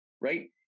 Right